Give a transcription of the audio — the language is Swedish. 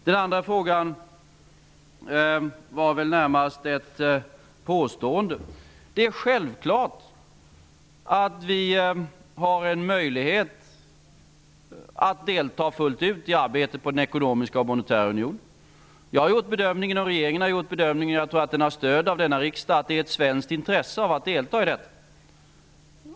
Den andra frågan var väl närmast ett påstående. Det är självklart att vi har en möjlighet att delta fullt ut i arbetet med den ekonomiska och monetära unionen. Jag och regeringen har gjort bedömningen, som jag tror har stöd av denna riksdag, att det är ett svenskt intresse att delta i denna.